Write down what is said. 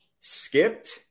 skipped